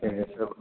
सो